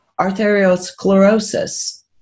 arteriosclerosis